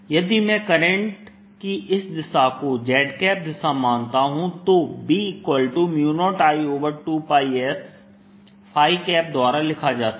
यदि मैं करंट की इस दिशा को z दिशा मानता हूं तो B0I2πs द्वारा लिखा जा सकता है